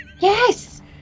Yes